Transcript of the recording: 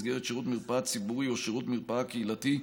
במסגרת שירות מרפאה ציבורי או שירות מרפאה קהילתי,